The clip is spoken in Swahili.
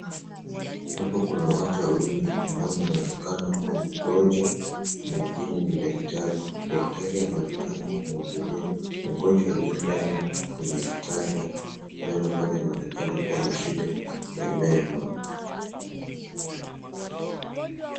Hapa kuna watu wawili mmoja anaonekana kuwa mgonjwa mwingine ni daktari. Daktari anaonekana kumhudumia mgonjwa aliyelala kwenye kitanda meno kwani anaonekana kuwa na shida ya meno.